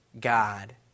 God